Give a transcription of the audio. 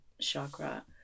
chakra